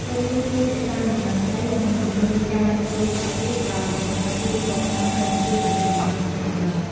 ពួកវាជួយរក្សាលំនឹងដី និងជំរុញការលូតលាស់រុក្ខជាតិដោយបំបែកខ្លួនទៅតាមធម្មជាតិបន្តិចម្តងៗ។